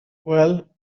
well